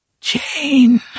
Jane